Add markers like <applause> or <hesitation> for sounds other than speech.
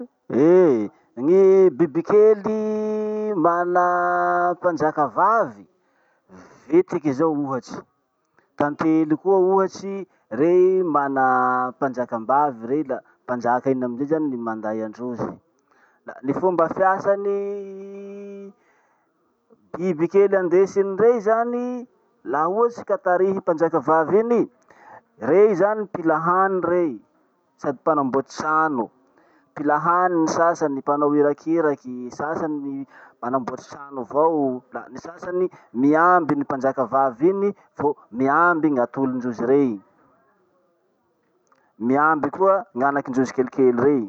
Eh! Gny bibikely mana mpanjaka vavy: vitiky zao ohatsy, tantely koa ohatsy. Rey mana mpanjakambavy rey la mpanjaka iny amizay zany minday androzy. Ny fomba fiasan'ny biby kely andesiny rey zany i, laha ohatsy ka tarihin'ny mpanjaka vavy iny i, rey zany mpila hany rey sady mpanamboatsy trano. Mpila hany gnyy sasany, mpanao irakiraky. Sasany manamboatry trano avao. La ny sasany miamby ny mpanjaka vavy iny vo miamby gn'atolindrozy rey, <hesitation> miamby koa gn'anaky ndrozy kelikely rey.